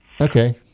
Okay